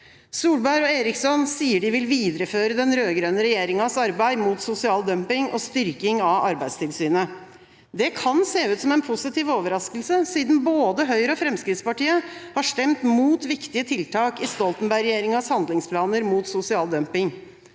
Solberg og Eriksson sier de vil videreføre den rød-grønne regjeringas arbeid mot sosial dumping og styrking av Arbeidstilsynet. Det kan se ut som en positiv overraskelse, siden både Høyre og Fremskrittspartiet har stemt mot viktige tiltak i Stoltenberg-regjeringas handlingsplaner mot sosial dumping.